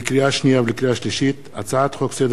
לקריאה שנייה ולקריאה שלישית: הצעת חוק סדר